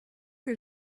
que